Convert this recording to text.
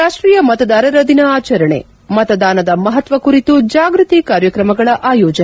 ಇಂದು ರಾಷ್ಟೀಯ ಮತದಾರರ ದಿನ ಆಚರಣೆ ಮತದಾನದ ಮಹತ್ನ ಕುರಿತು ಜಾಗೃತಿ ಕಾರ್ಯಕ್ರಮಗಳ ಆಯೋಜನೆ